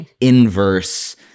inverse –